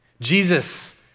Jesus